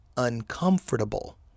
uncomfortable